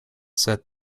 said